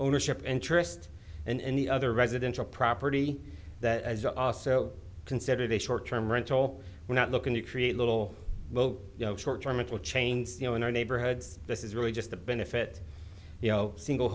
ownership interest in any other residential property that as you are also considered a short term rental we're not looking to create little well you know short term mental chains you know in our neighborhoods this is really just a benefit you know single